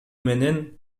менен